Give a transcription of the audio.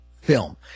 film